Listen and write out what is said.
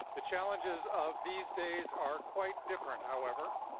the challenges of these days are quite different, however,